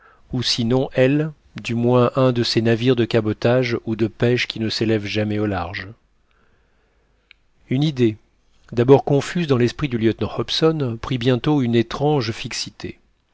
ou sinon elle du moins un de ces navires de cabotage ou de pêche qui ne s'élèvent jamais au large une idée d'abord confuse dans l'esprit du lieutenant hobson prit bientôt une étrange fixité